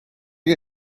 get